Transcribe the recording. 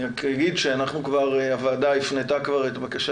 אני רק אגיד שהוועדה הפנתה כבר את הבקשה